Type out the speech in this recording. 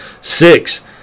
Six